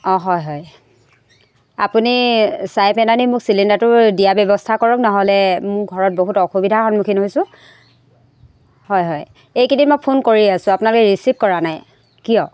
অঁ হয় হয় আপুনি চাই পেলাই নি মোক চিলিণ্ডাৰটো দিয়া ব্যৱস্থা কৰক নহ'লে মোৰ ঘৰত বহুত অসুবিধাৰ সন্মুখীন হৈছোঁ হয় হয় এই কেইদিন মই ফোন কৰিয়ে আছোঁ আপোনালোকে ৰিচিভ কৰা নাই কিয়